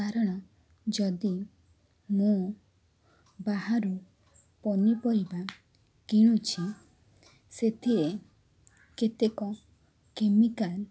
କାରଣ ଯଦି ମୁଁ ବାହାରୁ ପନିପରିବା କିଣୁଛି ସେଥିରେ କେତେକ କେମିକାଲ୍